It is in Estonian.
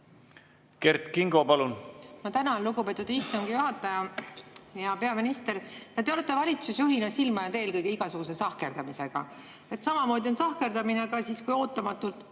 Kert Kingo, palun! Ma tänan, lugupeetud istungi juhataja! Hea peaminister! Te olete valitsusjuhina silma jäänud eelkõige igasuguse sahkerdamisega. Samamoodi on sahkerdamine ka siis, kui ootamatult